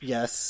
Yes